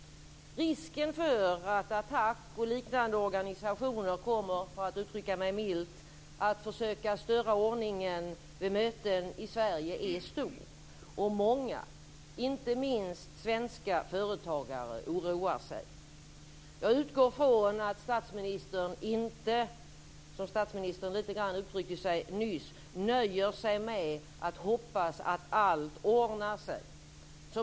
Risken för att Attac och liknande organisationer kommer, för att uttrycka mig milt, att försöka störa ordningen vid möten i Sverige är stor. Många, inte minst svenska företagare, oroar sig. Jag utgår från att statsministern inte, som statsministern lite grann uttryckte sig nyss, nöjer sig med att hoppas att allt ordnar sig.